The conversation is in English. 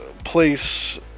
place